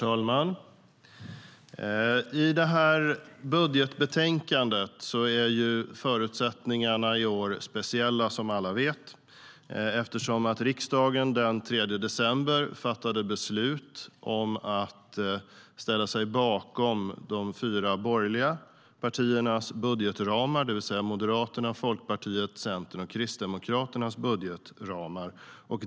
Herr talman! I budgetbetänkandet är förutsättningarna speciella i år, som alla vet, eftersom riksdagen den 3 december fattade beslut om att ställa sig bakom de fyra borgerliga partiernas budgetramar, det vill säga Moderaternas, Folkpartiets, Centerns och Kristdemokraternas budgetramar.